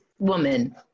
woman